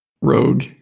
Rogue